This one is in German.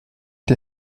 dir